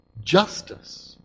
justice